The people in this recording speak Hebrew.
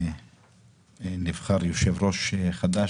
נבחר יושב ראש חדש,